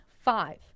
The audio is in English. five